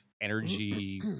energy